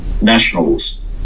nationals